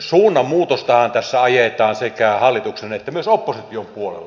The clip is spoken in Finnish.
suunnanmuutostahan tässä ajetaan sekä hallituksen että myös opposition puolella